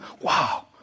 Wow